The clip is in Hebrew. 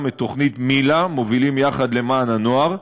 גם את תוכנית מיל"ה מובילים יחד למען הנוער,